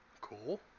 Cool